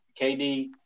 KD